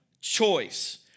choice